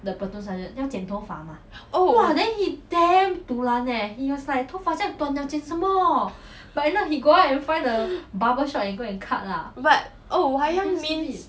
oh but oh wayang means